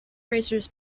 razors